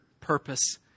purpose